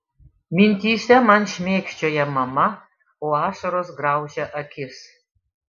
mintyse man šmėkščioja mama o ašaros graužia akis